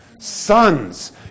sons